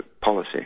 policy